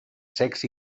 secs